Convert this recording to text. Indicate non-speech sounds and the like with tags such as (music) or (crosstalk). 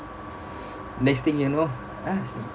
(breath) next thing you know ah